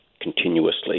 continuously